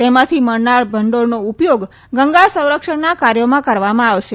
તેમાંથી મળનાર ભંડોળનો ઉપયોગ ગંગા સંરક્ષણના કાર્યોમાં કરવામાં આવશે